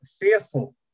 fearful